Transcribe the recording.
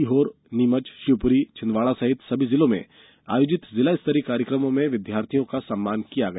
सीहोर नीमच शिवपुरी छिन्दवाड़ा सहित सभी जिलों में आयोजित जिला स्तरीय कार्यकमों में विद्यार्थियों का सम्मान किया गया